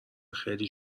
خیلی